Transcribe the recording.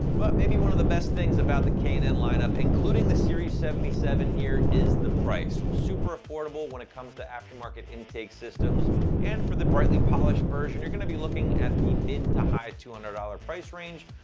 but maybe one of the best things about the k and n lineup including the series seventy seven here is the price. super affordable when it comes to aftermarket intake systems and for the brightly polished version, you're gonna be looking at the mid to high two hundred dollars price range.